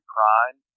Prime